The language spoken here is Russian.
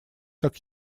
как